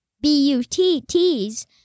B-U-T-Ts